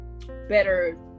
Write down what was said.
better